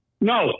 no